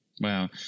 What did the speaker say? Wow